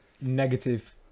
negative